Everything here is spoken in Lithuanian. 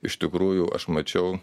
iš tikrųjų aš mačiau